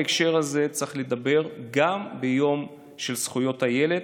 גם בהקשר הזה צריך לדבר ביום זכויות הילד,